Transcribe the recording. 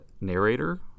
narrator